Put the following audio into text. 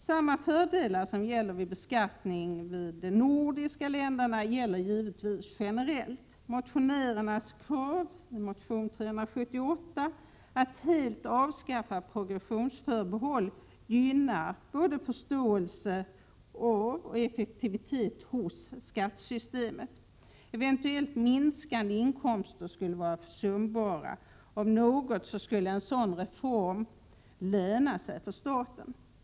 Samma fördelar som gäller vid beskattning av inkomster i de nordiska länderna gäller givetvis generellt. Motionärernas krav i motion Sk378 om att helt avskaffa progressionsförbehåll gynnar både förståelsen av och effektiviteten hos skattesystemet. Eventuellt minskande inkomster skulle vara försumbara. En sådan reform skulle, om något, löna sig för staten.